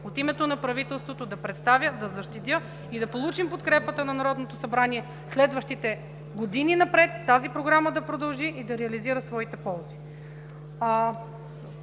от името на правителството да представя, да защитя и да получим подкрепата на Народното събрание в следващите години напред тази Програма да продължи и да реализира своите ползи.